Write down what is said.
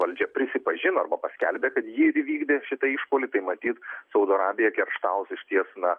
valdžia prisipažino arba paskelbė kad ji įvykdė šitą išpuolį tai matyt saudo arabiją kerštaus išties na